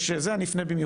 אתה יושב ומתפתל פה סתם.